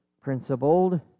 principled